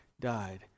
died